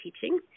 teaching